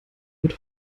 wird